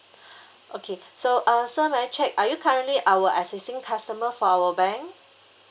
okay so uh sir may I check are you currently our existing customer for our bank